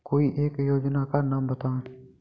कोई एक योजना का नाम बताएँ?